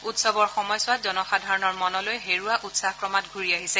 উৎসৱৰ সময়ছোৱাত জনসাধাৰণৰ মনলৈ হেৰুৱা উৎসাহ ক্ৰমাৎ ঘূৰি আহিছে